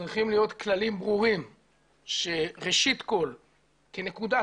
וצריכים להיות כללים ברורים שראשית כל כנקודת